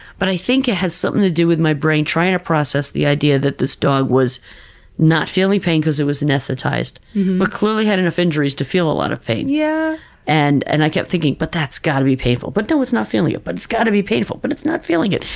but i think it has something to do with my brain trying to process the idea that this dog was not feeling pain because it was anesthetized, but clearly had enough injuries to feel a lot of pain. yeah and and i kept thinking, that's got to be painful, but no it's not feeling it, but it's got to be painful, but it's not feeling it,